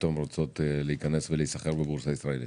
שפתאום רוצות להיכנס ולהיסחר בבורסה הישראלית.